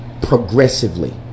progressively